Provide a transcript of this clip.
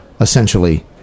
essentially